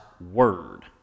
Word